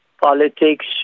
politics